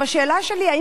השאלה שלי היא,